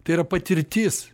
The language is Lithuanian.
tai yra patirtis